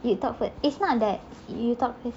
you talk first it's not that you talk first